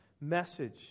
message